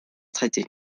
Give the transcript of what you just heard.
traiter